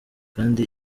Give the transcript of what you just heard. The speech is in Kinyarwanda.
kandi